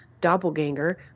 doppelganger